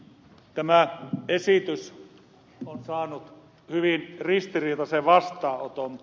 tämä esitys on saanut hyvin ristiriitaisen vastaanoton